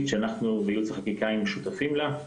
שאנחנו בייעוץ חקיקה היינו שותפים לה.